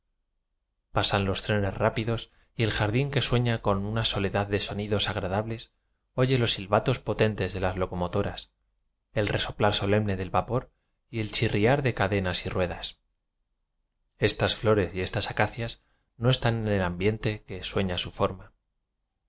pasan los trenes rápidos y el jardín que sueña con una soledad de sonidos agrada bles oye los silbatos potentes de las loco motoras el resoplar solemne del vapor y el chirriar de cadenas y ruedas estas flores y estas acacias no están en el ambiente que sueña su forma